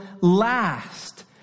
last